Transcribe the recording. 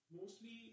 Mostly